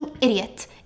idiot